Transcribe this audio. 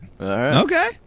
okay